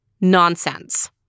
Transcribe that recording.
Nonsense